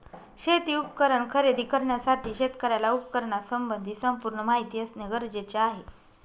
शेती उपकरण खरेदी करण्यासाठी शेतकऱ्याला उपकरणासंबंधी संपूर्ण माहिती असणे गरजेचे आहे